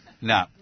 No